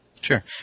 Sure